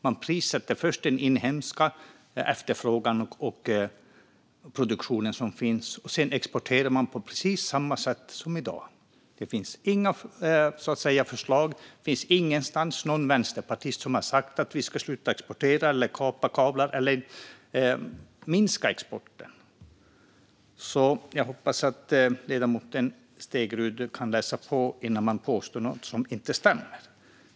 Man prissätter först den inhemska efterfrågan och produktionen, och sedan exporterar man på precis samma sätt som i dag. Det finns inga förslag, och det finns ingen vänsterpartist som har sagt att vi ska sluta exportera, kapa kablar eller minska exporten. Jag hoppas att ledamoten Stegrud läser på innan hon påstår något som inte stämmer.